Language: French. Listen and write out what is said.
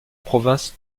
province